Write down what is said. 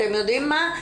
אתם יודעים מה?